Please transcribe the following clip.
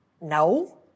No